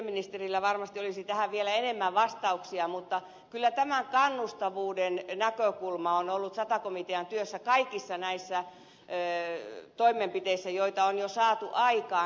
työministerillä varmasti olisi tähän vielä enemmän vastauksia mutta kyllä tämä kannustavuuden näkökulma on ollut sata komitean työssä kaikissa näissä toimenpiteissä joita on jo saatu aikaan